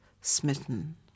smitten